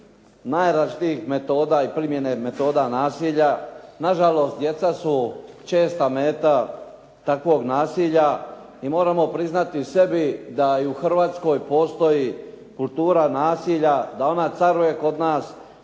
najrazličitijih metoda i primjena metoda nasilja. Na žalost djeca su česta meta takvog nasilja i moramo priznati i sebi da i u Hrvatskoj postoji kultura nasilja, da ona caruje kod nas